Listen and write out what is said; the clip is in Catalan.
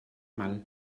mal